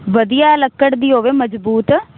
ਵਧੀਆ ਲੱਕੜ ਦੀ ਹੋਵੇ ਮਜ਼ਬੂਤ